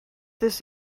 this